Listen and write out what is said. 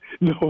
No